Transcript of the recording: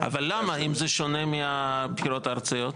אבל למה אם זה שונה מהבחירות הארציות?